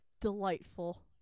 Delightful